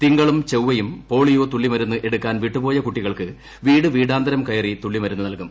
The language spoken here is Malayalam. തിങ്കളും ചൊവ്വയും പോളിയോ തുള്ളി മരുന്ന് എടുക്കാൻ വിട്ടുപോയ കുട്ടികൾക്ക് വീട് വീടാന്തരം കയറി തുള്ളിമരുന്ന് നൽകും